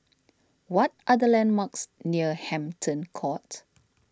what are the landmarks near Hampton Court